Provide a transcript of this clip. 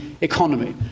economy